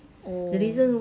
oh